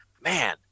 man